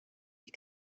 die